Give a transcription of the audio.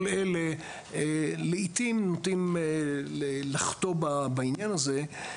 כל אלה לעיתים נוטים לחטוא בעניין הזה,